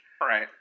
Right